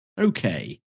Okay